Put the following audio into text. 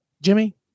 jimmy